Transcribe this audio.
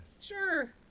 sure